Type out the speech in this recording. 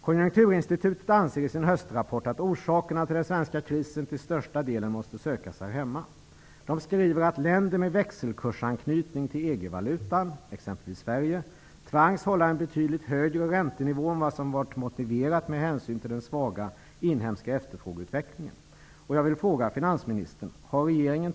Konjunkturinstitutet anser i sin höstrapport att orsakerna till den svenska krisen till största delen måste sökas här hemma. De skriver att länder med växelkursanknytning till EG-valutan -- exempelvis Sverige -- tvangs hålla en betydligt högre räntenivå än vad som varit motiverat med hänsyn till den svaga inhemska efterfrågeutvecklingen. anpassningen?